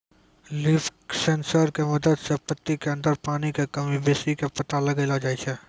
leaf sensor के मदद सॅ पत्ती के अंदर पानी के कमी बेसी के पता लगैलो जाय छै